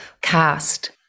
cast